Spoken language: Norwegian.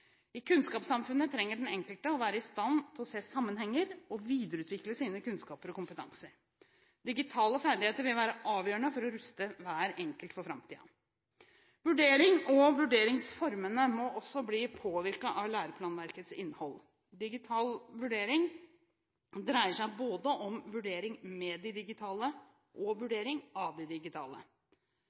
I kunnskapssamfunnet trenger den enkelte å være i stand til å se sammenhenger og videreutvikle sine kunnskaper og sin kompetanse. Digitale ferdigheter vil være avgjørende for å ruste hver enkelt for framtiden. Vurdering og vurderingsformene må også bli påvirket av læreplanverkets innhold. Digital vurdering dreier seg både om vurdering med det digitale, og vurdering av det digitale.